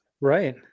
Right